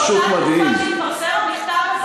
באותה תקופה שהתפרסם המכתב הזה,